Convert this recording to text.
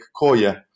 Koya